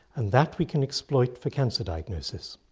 and that we can exploit for cancer diagnosis.